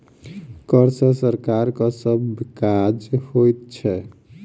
कर सॅ सरकारक सभ काज होइत छै